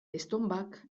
estonbak